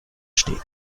stehen